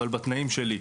אבל בתנאים שלי.